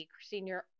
Senior